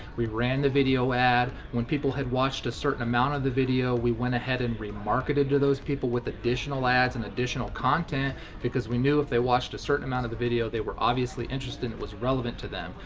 we ran the video ad. when people had watched a certain amount of the video, we went ahead and remarketed to those people with additional ads and additional content because we knew if they watched a certain amount of the video, they were obviously interested and it was relevant to them.